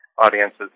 audiences